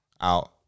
Out